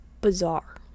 bizarre